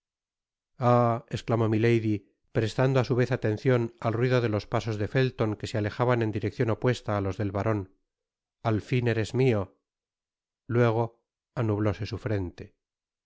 ah esclamó milady prestando á su vez atencion al ruido de los pasos de felton que se alejaban en direccion opuesta á los del baron al fin eres mio luego anublóse su frente